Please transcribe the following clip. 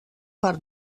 part